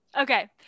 Okay